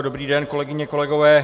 Dobrý den, kolegyně, kolegové.